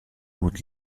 would